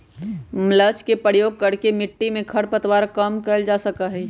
mulch के प्रयोग करके मिट्टी में खर पतवार कम कइल जा सका हई